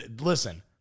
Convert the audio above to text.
listen